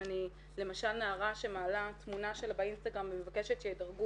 ברור לנו שכל נער ונערה שלצערנו הרב מגיעים לאותה דרגה